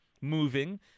moving